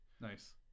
Nice